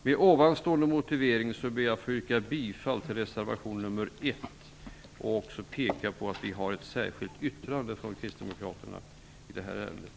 Med anförda motivering vill jag yrka bifall till reservation 1 och också peka på att vi har ett särskilt yttrande från kristdemokraterna fogat till ärendet.